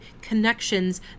connections